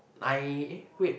nine eh wait